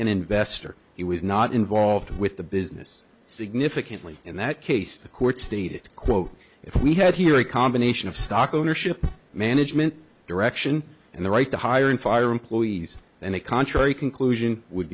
an investor he was not involved with the business significantly in that case the court stayed quote if we had here a combination of stock ownership management direction and the right to hire and fire employees and a contrary conclusion would